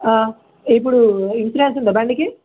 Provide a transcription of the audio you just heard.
ఇప్పుడు ఇన్సూరెన్స్ ఉందా బండికి